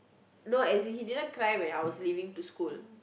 no as in he didn't cry when I was leaving to school